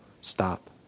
Stop